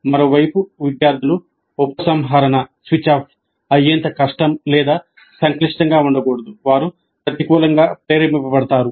మరోవైపు విద్యార్థులు ఉపసంహరణ స్విచ్ ఆఫ్ అయ్యేంత కష్టం లేదా సంక్లిష్టంగా ఉండకూడదు వారు ప్రతికూలంగా ప్రేరేపించబడతారు